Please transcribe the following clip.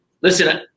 listen